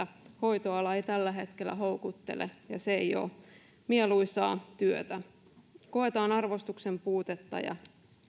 syystä että hoitoala ei tällä hetkellä houkuttele ja se ei ole mieluisaa työtä koetaan arvostuksen puutetta ja